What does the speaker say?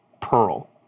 pearl